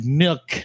milk